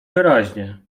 wyraźnie